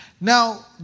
Now